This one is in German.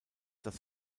das